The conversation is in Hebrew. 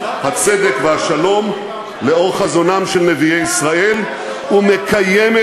הצדק והשלום לאור חזונם של נביאי ישראל ומקיימת